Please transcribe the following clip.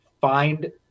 find